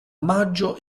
maggio